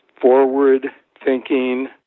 forward-thinking